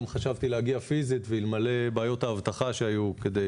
חשבתי להגיע פיזית ואלמלא בעיות האבטחה שהיו כדי